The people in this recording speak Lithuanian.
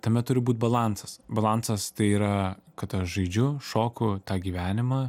tame turi būt balansas balansas tai yra kad aš žaidžiu šoku tą gyvenimą